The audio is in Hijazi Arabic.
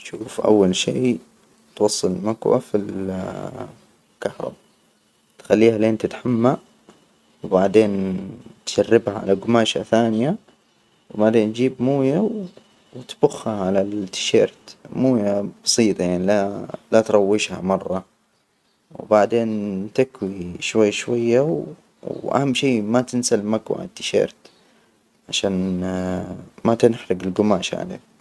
شوف، أول شي توصل المكواه في الكهرباء تخليها لين تتحمى وبعدين تشربها على جماشة ثانيه، وبعدين نجيب موية وتبخها على التيشيرت مويه بسيطة، يعني لا- لا تروشها مرة. وبعدين تكوي شوي- شوي. وأهم شي ما تنسى المكواه على التيشيرت عشان ما تنحرج الجماشة عليك.